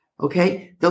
Okay